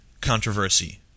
controversy